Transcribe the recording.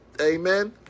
amen